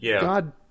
God